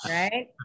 right